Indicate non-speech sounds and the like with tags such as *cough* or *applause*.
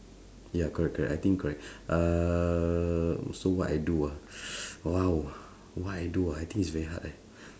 ya correct correct I think correct *breath* uh so what I do ah *breath* !wow! what I do ah I think is very hard leh *breath*